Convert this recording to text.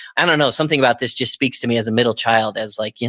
i don't know something about this just speaks to me as a middle child as, like you